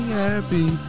happy